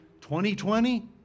2020